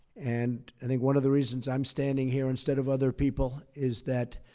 and i think one of the reasons i'm standing here instead of other people is that,